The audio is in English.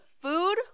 food